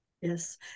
Yes